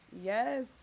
Yes